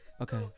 Okay